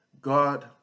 God